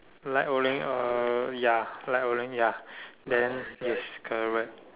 like orange uh ya like orange ya then yes correct